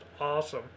awesome